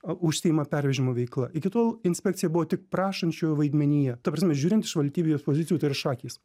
užsiima pervežimo veikla iki tol inspekcija buvo tik prašančiojo vaidmenyje ta prasme žiūrint iš valstybės pozicijų tai yra šakės